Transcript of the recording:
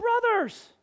brothers